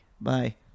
Bye